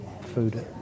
food